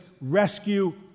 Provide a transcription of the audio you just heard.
rescue